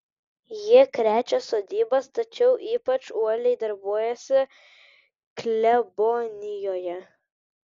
jie krečia sodybas tačiau ypač uoliai darbuojasi klebonijoje